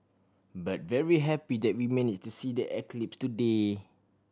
but very happy that we manage to see the eclipse today